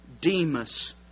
Demas